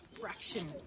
fraction